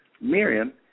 Miriam